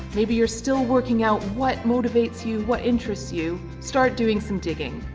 maybe you're still working out what motivates you, what interests you, start doing some digging.